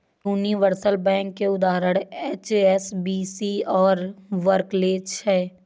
universal bank के उदाहरण HSBC और बार्कलेज हैं